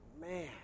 Man